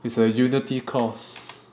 it's a unity course